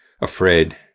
afraid